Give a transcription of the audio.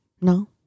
No